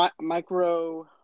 Micro